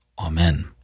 Amen